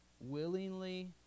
willingly